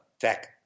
tech